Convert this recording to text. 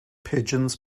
pigeons